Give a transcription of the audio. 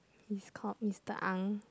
is called Mister Ang